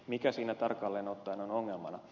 mikä siinä tarkalleen ottaen on ongelmana